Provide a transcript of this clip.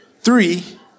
three